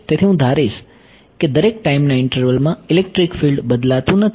તેથી હું ધારીશ કે દરેક ટાઈમના ઈન્ટરવલમાં ઇલેક્ટ્રિક ફિલ્ડ બદલાતું નથી